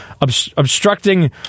obstructing